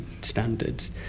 standards